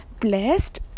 blessed